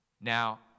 Now